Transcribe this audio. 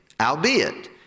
Albeit